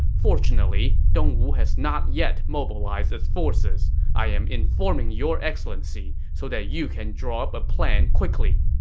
fortunately, dongwu has not yet mobilized its forces. i am informing your excellency so that you can draw up a plan quickly.